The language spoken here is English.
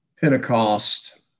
Pentecost